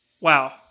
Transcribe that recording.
Wow